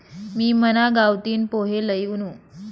मी मना गावतीन पोहे लई वुनू